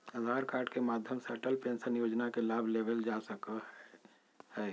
आधार card के माध्यम से अटल पेंशन योजना के लाभ लेवल जा सको हय